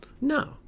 No